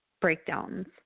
breakdowns